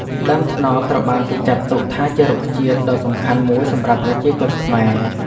ដើមត្នោតត្រូវបានគេចាត់ទុកថាជារុក្ខជាតិដ៏សំខាន់មួយសម្រាប់ប្រជាជនខ្មែរ។